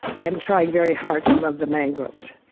i'm trying very hard to love the mangroves.